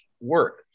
work